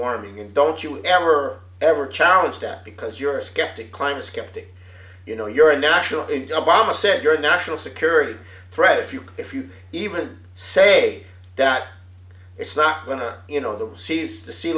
warming and don't you ever ever challenge that because you're a skeptic climate skeptic you know you're a national bomb a set you're a national security threat if you if you even say that it's not going to you know the seas to sea